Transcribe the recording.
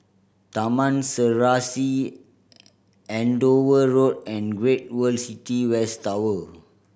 Taman Serasi Andover Road and Great World City West Tower